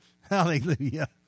Hallelujah